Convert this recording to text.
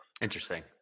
Interesting